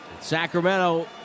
Sacramento